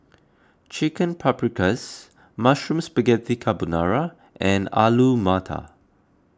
Chicken Paprikas Mushroom Spaghetti Carbonara and Alu Matar